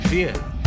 Fear